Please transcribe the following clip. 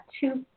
two